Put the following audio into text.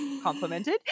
complimented